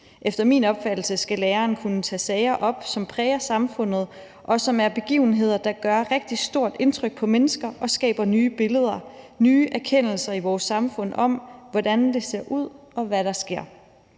Efter min opfattelse skal læreren kunne tage sager op, som præger samfundet, og som er begivenheder, der gør rigtig stort indtryk på mennesker og skaber nye billeder, om jeg så må sige, nye erkendelser i vores samfund om, hvordan der ser ud, og hvad der sker.